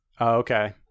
Okay